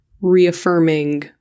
reaffirming